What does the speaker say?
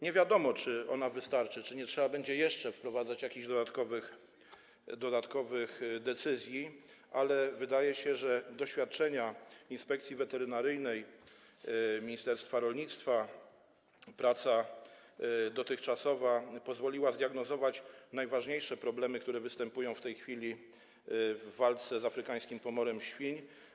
Nie wiadomo, czy ona wystarczy i czy nie trzeba będzie jeszcze wprowadzić jakichś dodatkowych decyzji, ale wydaje się, że doświadczenia Inspekcji Weterynaryjnej, ministerstwa rolnictwa i dotychczasowa praca pozwoliły zdiagnozować najważniejsze problemy, które występują w tej chwili w walce z afrykańskim pomorem świń.